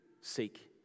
seek